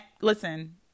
listen